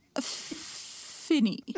finny